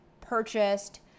purchased